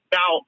Now